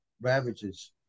ravages